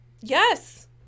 Yes